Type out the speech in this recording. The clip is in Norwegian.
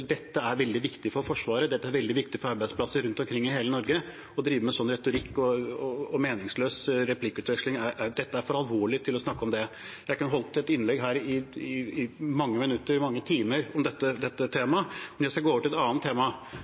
Dette er veldig viktig for Forsvaret, det er veldig viktig for arbeidsplasser rundt omkring i hele Norge. Dette er for alvorlig til å drive slik retorikk og meningsløs replikkutveksling. Jeg kunne holdt innlegg her i mange minutter og mange timer om dette temaet, men jeg skal gå over til et annet tema